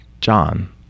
John